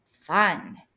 Fun